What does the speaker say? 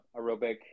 aerobic